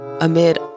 amid